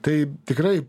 tai tikrai